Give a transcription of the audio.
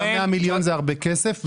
100 מיליון זה הרבה כסף.